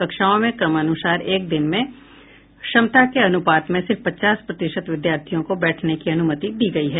कक्षाओं में क्रमानुसार एक दिन में क्षमता के अनुपात में सिर्फ पचास प्रतिशत विद्यार्थियों को बैठने की अनुमति दी गई है